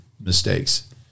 mistakes